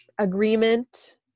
agreement